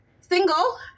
single